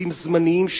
עובדים זמניים,